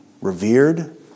revered